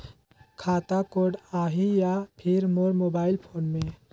खाता कोड आही या फिर मोर मोबाइल फोन मे?